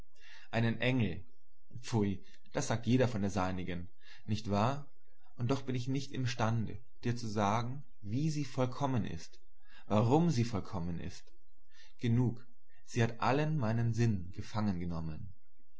einen engel pfui das sagt jeder von der seinigen nicht wahr und doch bin ich nicht imstande dir zu sagen wie sie vollkommen ist warum sie vollkommen ist genug sie hat allen meinen sinn gefangengenommen